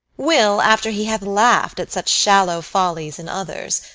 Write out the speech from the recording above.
will, after he hath laughed at such shallow follies in others,